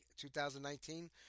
2019